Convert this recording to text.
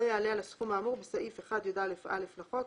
יעלה על הסכום האמור בסעיף 1יא(א) לחוק,